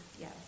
Yes